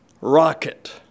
rocket